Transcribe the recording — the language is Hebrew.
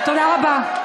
תודה רבה.